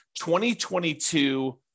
2022